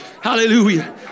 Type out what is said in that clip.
Hallelujah